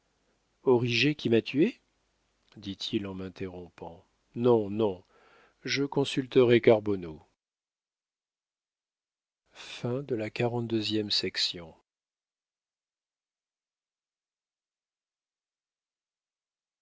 origet qui m'a tué dit-il en m'interrompant non non je consulterai carbonneau